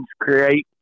create